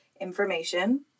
information